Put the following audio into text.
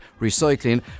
recycling